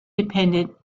dependent